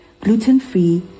Gluten-Free